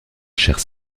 chère